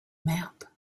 map